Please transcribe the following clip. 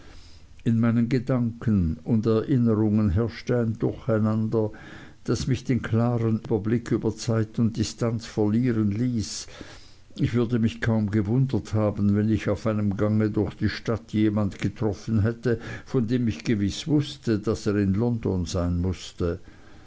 in meinen gedanken und erinnerungen herrschte ein durcheinander das mich den klaren überblick über zeit und distanz verlieren ließ ich würde mich kaum gewundert haben wenn ich auf einem gange durch die stadt jemand getroffen hätte von dem ich gewiß wußte daß er in london sein mußte